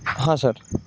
हां सर